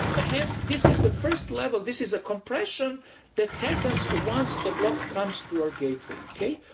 and hence, this is the first level, this is a compression that happens once the block comes to our gateway, okay?